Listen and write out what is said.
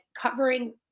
covering